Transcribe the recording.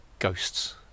ghosts